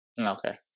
Okay